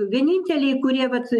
vieninteliai kurie vat